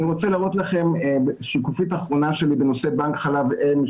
אני רוצה להראות לכם שקופית אחרונה שלי בנושא בנק חלב אם,